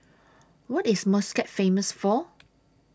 What IS Muscat Famous For